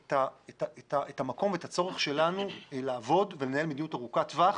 את המקום ואת הצורך שלנו לעבוד ולנהל מדיניות ארוכת טווח.